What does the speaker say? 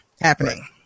happening